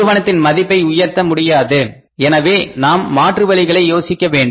நிறுவனத்தின் மதிப்பை உயர்த்த முடியாது எனவே நாம் மாற்று வழிகளை யோசிக்க வேண்டும்